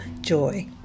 joy